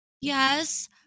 yes